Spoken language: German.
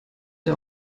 der